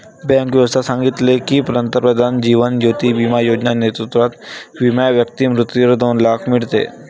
bank व्यवस्था सांगितले की, पंतप्रधान जीवन ज्योती बिमा योजना नेतृत्वात विमा व्यक्ती मृत्यूवर दोन लाख मीडते